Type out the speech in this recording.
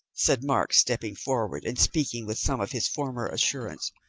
said mark, stepping forward, and speaking with some of his former assurance,